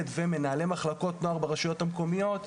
ומנהלי מחלקות נוער ברשויות המקומיות,